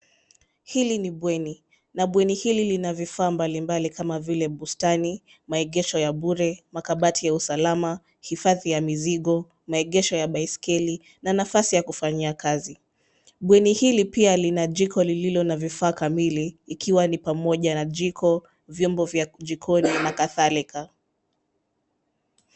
Hili ni bweni, na bweni hili lina vifaa mbalimbali kama vile bustani, maegesho ya bure, makabati ya usalama, hifadhi ya mizigo, maegesho ya baisikeli na nafasi ya kufanyia kazi. Bweni hili pia lina jiko lililo na vifaa kamili ikiwa ni pamoja na jiko, vyombo vya jikoni na kadhalika.